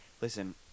Listen